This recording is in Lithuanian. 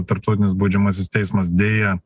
tarptautinis baudžiamasis teismas deja